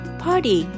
party